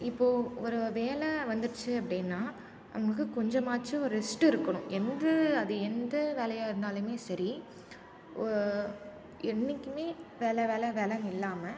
இப்போது ஒரு வேலை வந்துருச்சு அப்படின்னா நம்மளுக்கு கொஞ்சமாச்சும் ஒரு ரெஸ்ட் இருக்கணும் எந்து அது எந்த வேலையாக இருந்தாலுமே சரி ஓ என்றைக்குமே வேலை வேலை வேலைனு இல்லாமல்